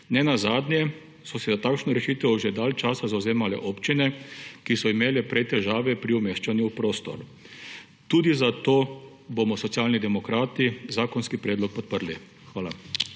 Ne nazadnje so se za takšno rešitev že dalj časa zavzemale občine, ki so imele prej težave pri umeščanju v prostor. Tudi zato bomo Socialni demokrati zakonski predlog podprli. Hvala.